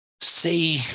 say